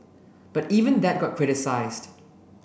but even that got criticised